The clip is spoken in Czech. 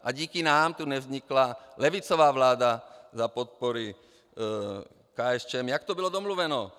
A díky nám tu nevznikla levicová vláda za podpory KSČM, jak to bylo domluveno.